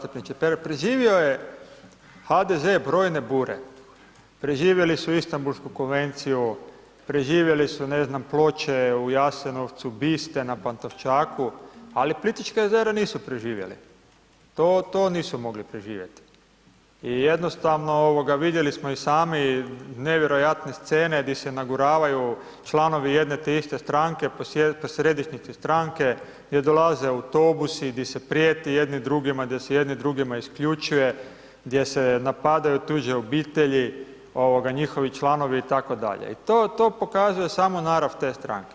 Zastupniče Pernar, preživio je HDZ brojne bure, preživjeli su Istanbulsku konvenciju, preživjeli su ne znam, ploče u Jasenovcu, biste na Pantovčaku, ali Plitvička jezera nisu preživjeli, to nisu mogli preživjeti i jednostavno vidjeli smo i sami nevjerojatne scene di se naguravaju članovi jedne te istre stranke po središnjici stranke, gdje dolaze autobusi, di se prijeti jedni drugima, gdje se jedne drugima isključuje, gdje se napadaju tuđe obitelji, njihovi članovi itd., i to pokazuje samo narav te stranke.